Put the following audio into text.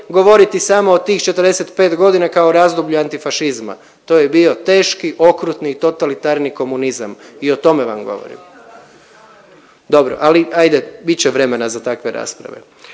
govoriti samo o tih 45 godina kao razdoblju antifašizma. To je bio teški, okrutni, totalitarni komunizam i o tome vam govorim. Dobro, ali hajde bit će vremena za takve rasprave.